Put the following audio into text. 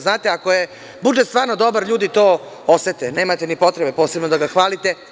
Znate, ako je budžet stvarno dobar, ljudi to osete, nemate ni potrebe posebno da ga hvalite.